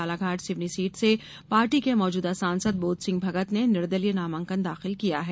Balaghat Seoni seat से party के मौजूदा सांसद बोधसिंह भगत ने निर्दलीय नामांकन दाखिल किया है